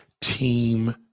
team